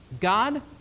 God